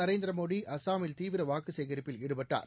நரேந்திரமோடி அஸ்ஸாமில் தீவிரவாக்குச் சேகரிப்பில் ஈடுபட்டார்